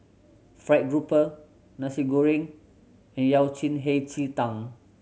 fried grouper Nasi Goreng and yao cen hei ji tang